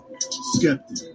skeptic